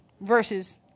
versus